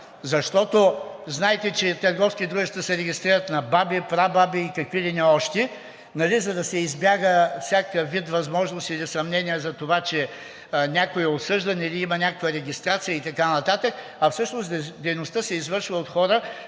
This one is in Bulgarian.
Защото знаете, че търговски дружества се регистрират на баби, прабаби и какви ли не още, за да се избегне всякакъв вид възможност или съмнение за това, че някой е осъждан или има някаква регистрация и така нататък, а всъщност дейността се извършва от хора